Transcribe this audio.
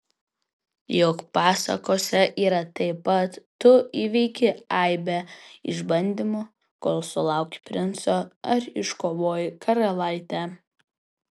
juk pasakose yra taip pat tu įveiki aibę išbandymų kol sulauki princo ar iškovoji karalaitę